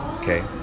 okay